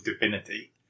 divinity